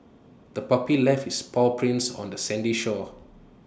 the puppy left its paw prints on the sandy shore